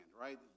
Right